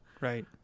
Right